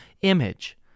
image